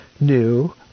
new